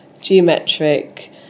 geometric